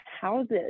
houses